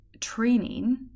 training